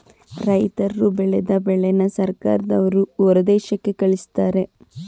ರೈತರ್ರು ಬೆಳದ ಬೆಳೆನ ಸರ್ಕಾರದವ್ರು ಹೊರದೇಶಕ್ಕೆ ಕಳಿಸ್ತಾರೆ